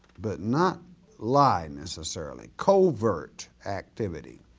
but not lying necessarily, covert activity.